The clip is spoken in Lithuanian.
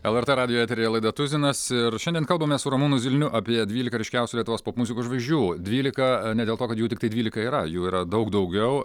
lrt radijo eteryje laida tuzinas ir šiandien kalbamės su ramūnu zilniu apie dvylika ryškiausių lietuvos popmuzikos žvaigždžių dvylika ne dėl to kad jų tiktai dvylika yra jų yra daug daugiau